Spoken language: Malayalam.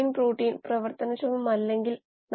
ഈ പ്രാക്ടീസ് പ്രശ്നം 4